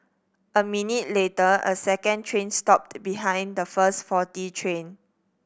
a minute later a second train stopped behind the first faulty train